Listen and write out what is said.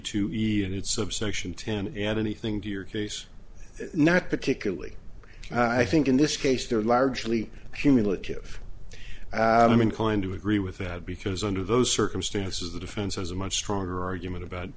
ten and anything to your case not particularly i think in this case they're largely humility of i'm inclined to agree with that because under those circumstances the defense has a much stronger argument about